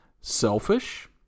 selfish